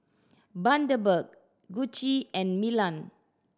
Bundaberg Gucci and Milan